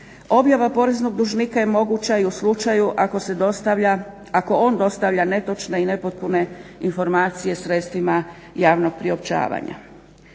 Objava poreznog dužnika je moguće i u slučaju ako on dostavlja netočne i nepotpune informacije sredstvima javnog priopćavanja.